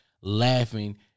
laughing